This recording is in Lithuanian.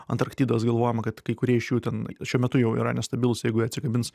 antarktidos galvojama kad kai kurie iš jų ten šiuo metu jau yra nestabilūs jeigu jie atsikabins